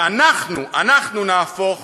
שאנחנו, אנחנו נהפוך